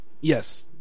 Yes